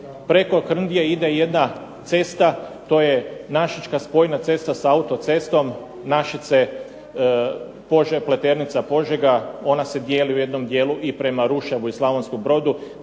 Preko Krndije ide jedna cesta, to je našička spojna cesta sa autocestom Našice-Pleternica-Požega. Ona se dijeli u jednom dijelu i prema Ruševu i Slavonskom Brodu,